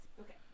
Okay